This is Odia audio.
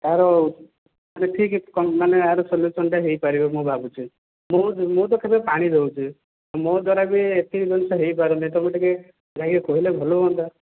ତାର ମାନେ ଠିକ୍ କ'ଣ ମାନେ ୟାର ସଲ୍ୟୁସନ୍ଟା ହେଇପାରିବ ମୁଁ ଭାବୁଛି ମୁଁ ମୁଁ ତ ଖାଲି ପାଣି ଦେଉଛି ମୋ ଦ୍ୱାରା ବି ଏତିକି ଜିନିଷ ହେଇପାରୁନି ତୁମେ ଟିକେ ଯାଇକି କହିଲେ ଭଲ ହୁଅନ୍ତା